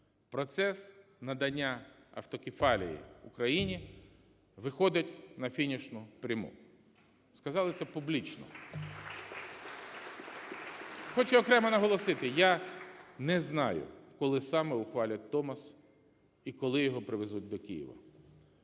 "Процес надання автокефалії Україні виходить на фінішну пряму". Сказали це публічно. ( Оплески) Хочу окремо наголосити, я не знаю, коли саме ухвалять Томос і коли його привезуть до Києва.